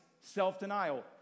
self-denial